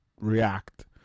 react